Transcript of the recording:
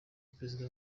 perezida